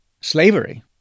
slavery